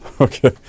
okay